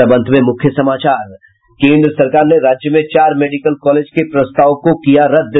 और अब अंत में मुख्य समाचार केंद्र सरकार ने राज्य में चार मेडिकल कॉलेज के प्रस्ताव को किया रद्द